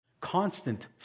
constant